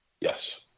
Yes